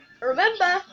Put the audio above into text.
Remember